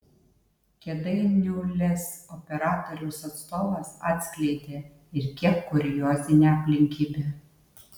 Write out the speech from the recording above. kėdainių lez operatoriaus atstovas atskleidė ir kiek kuriozinę aplinkybę